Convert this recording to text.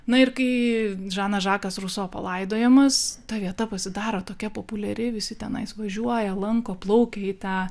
na ir kai žanas žakas ruso palaidojamas ta vieta pasidaro tokia populiari visi tenai važiuoja lanko plaukia į tą